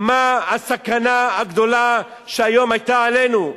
מה הסכנה הגדולה שהיום היתה עלינו,